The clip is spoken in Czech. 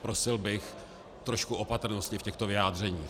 Prosil bych trošku opatrnosti v těchto vyjádřeních.